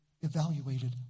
evaluated